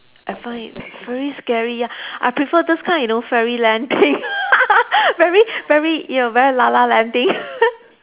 I find it very scary ya I prefer those kind you know fairy land thing very very you know very la la land thing